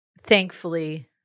thankfully